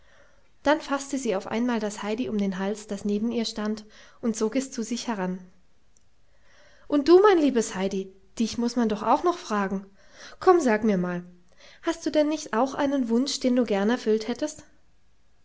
dann faßte sie auf einmal das heidi um den hals das neben ihr stand und zog es zu sich heran und du mein liebes heidi dich muß man doch auch noch fragen komm sag mir mal hast du denn nicht auch einen wunsch den du gern erfüllt hättest